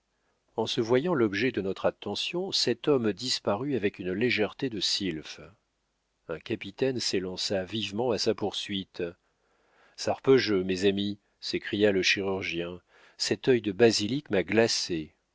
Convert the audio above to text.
en se voyant l'objet de notre attention cet homme disparut avec une légèreté de sylphe un capitaine s'élança vivement à sa poursuite sarpejeu mes amis s'écria le chirurgien cet œil de basilic m'a glacé